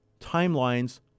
timelines